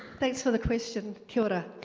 thanks for the question keora.